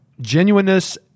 genuineness